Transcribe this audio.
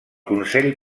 consell